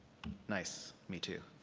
nice, me too.